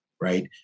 right